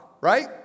right